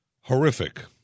Horrific